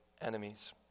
enemies